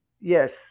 yes